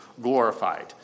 glorified